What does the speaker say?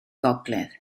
gogledd